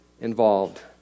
involved